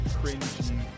cringy